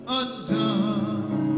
undone